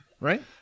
Right